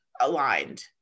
aligned